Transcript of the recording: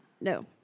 No